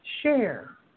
share